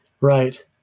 Right